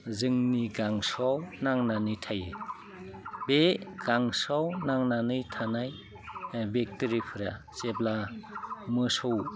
जोंनि गांसोआव नांनानै थायो बे गांसोआव नांनानै थानाय बेक्टेरियाफोरा जेब्ला मोसौ